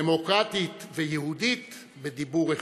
דמוקרטית ויהודית בדיבור אחד,